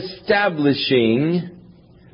establishing